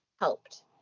helped